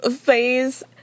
phase